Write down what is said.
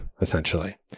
essentially